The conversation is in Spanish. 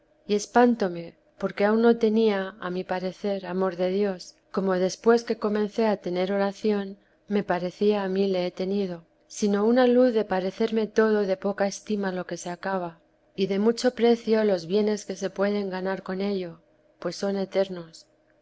y espantóme porque aun no tenía a mi parecer amor de dios como después que comencé a tener oración me parecía a mí le he tenido sino una luz de parecerme todo de poca estima lo que se acaba y de mucho precio los bienes que teri se pueden ganar con ello pues son eternos